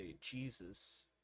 Jesus